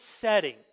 setting